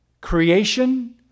creation